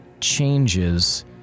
changes